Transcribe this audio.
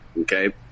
Okay